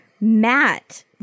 Matt